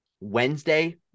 Wednesday